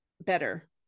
better